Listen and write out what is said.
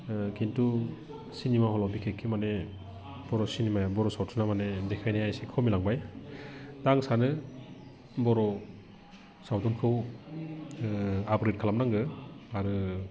खिन्थु सिनेमा हलाव बिखेखै माने बर' सिनेमाया बर' सावथुनआ माने देखायनाया एसे खमिलांबाय दा आं सानो बर' सावथुनखौ आपग्रेड खालामनांगौ आरो